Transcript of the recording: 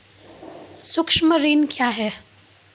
सुक्ष्म ऋण क्या हैं?